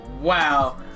Wow